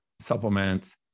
supplements